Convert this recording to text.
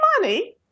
money